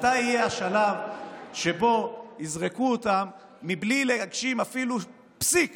מתי יהיה השלב שבו יזרקו אותם מבלי להגשים אפילו פסיק